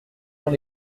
dans